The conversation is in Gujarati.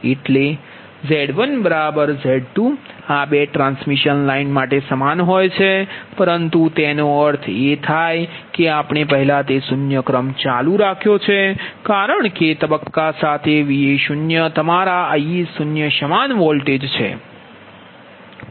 એટલે Z1Z2 આ 2 ટ્રાન્સમિશન લાઇન માટે સમાન હોય છે પરંતુ એનો અર્થ એ થાય કે આપણે પહેલા તે શૂન્ય ક્રમ ચાલુ છે કારણ કે તબક્કામાં સાથે Va0 તમારા Ia0 સમાન વોલ્ટેજ છે